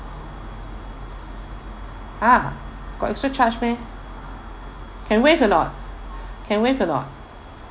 !huh! got extra charge meh can waive or not can waive or not